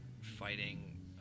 fighting